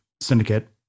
syndicate